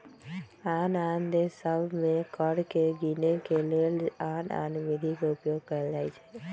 आन आन देश सभ में कर के गीनेके के लेल आन आन विधि के उपयोग कएल जाइ छइ